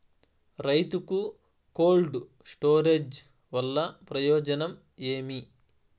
రైతుకు cold storage వల్ల ప్రయోజనం ఏమి?